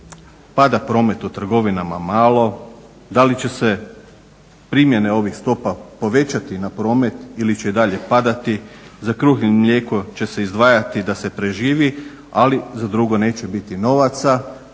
Pada promet u trgovinama na malo. Da li će se primjene ovih stopa povećati na promet ili će i dalje padati, za kruh i mlijeko će se izdvajati da se preživi ali za drugo neće biti novaca